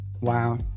wow